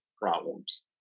problems